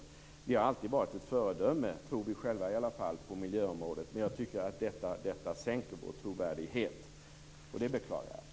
Sverige har alltid varit ett föredöme - tror vi själva, i alla fall - på miljöområdet, men jag tycker att detta sänker vår trovärdighet. Det beklagar jag.